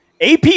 AP